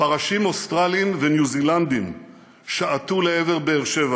פרשים אוסטרלים וניו זילנדים שעטו לעבר באר שבע